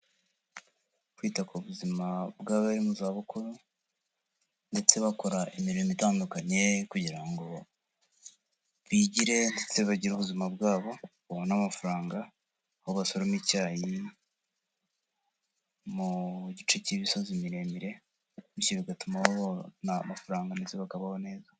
Kwita ku buzima bw'abari mu za bukuru ndetse bakora imirimo itandukanye kugira ngo bigire ndetse bagire ubuzima bwabo, babone amafaranga aho basoroma icyayi, mu gice cy'imisozi miremire bityo bigatuma babona amafaranga ndetse bakabaho neza.